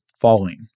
falling